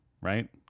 Right